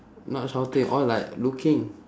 not shouting all like looking